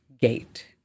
gate